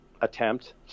attempt